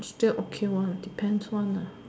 still okay one depends one lah